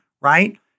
right